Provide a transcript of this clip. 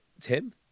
Tim